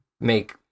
make